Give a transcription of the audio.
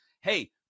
hey